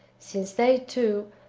since they, too,